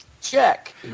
Check